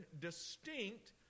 distinct